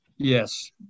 Yes